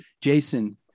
jason